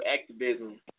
activism